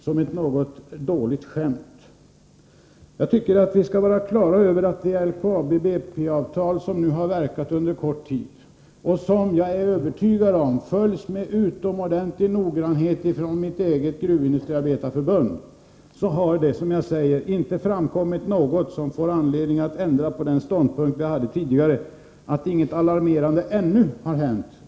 Jag är övertygad om att det avtal mellan LKAB och BP som nu under kort tid har verkat, följs med utomordentlig noggrannhet från mitt eget fackförbund, Gruvindustriarbetareförbundet. Det har inte framkommit något som givit mig anledning att ändra den ståndpunkt jag hade tidigare, att inget alarmerande nu har hänt.